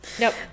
Nope